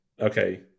okay